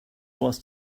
was